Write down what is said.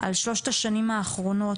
על שלושת השנים האחרונים,